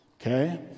okay